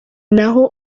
naho